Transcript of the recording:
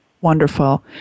Wonderful